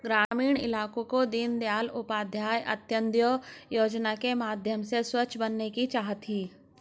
ग्रामीण इलाकों को दीनदयाल उपाध्याय अंत्योदय योजना के माध्यम से स्वच्छ बनाने की चाह थी